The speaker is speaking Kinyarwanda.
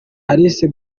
alice